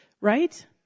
right